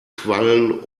quallen